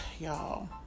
y'all